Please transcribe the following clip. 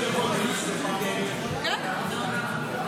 תודה, תודה.